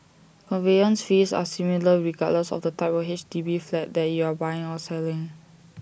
conveyance fees are similar regardless of the type of H D B flat that you are buying or selling